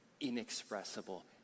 inexpressible